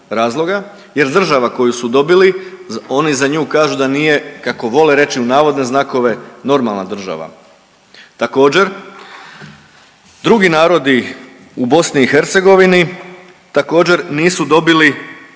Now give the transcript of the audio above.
jer država koju su dobili oni za nju kažu da nije kako vole reći u navodne znakove normalna država. Također drugi narodi u BiH također nisu dobili